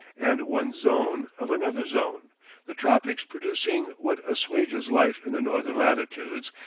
and one zone of another zone the tropics producing what assuages life in the northern latitudes,